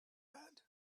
had